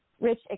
rich